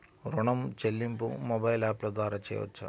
ఋణం చెల్లింపు మొబైల్ యాప్ల ద్వార చేయవచ్చా?